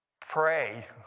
pray